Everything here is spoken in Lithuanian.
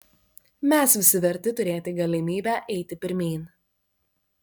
mes visi verti turėti galimybę eiti pirmyn